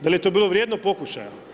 Dal' je to bilo vrijedno pokušaja?